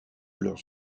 leurs